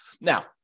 Now